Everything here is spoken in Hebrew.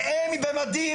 ואלה במדים,